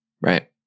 Right